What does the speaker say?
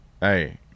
hey